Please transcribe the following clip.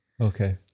Okay